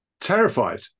Terrified